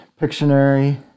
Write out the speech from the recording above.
Pictionary